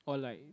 or like